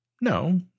No